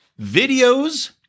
videos